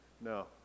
No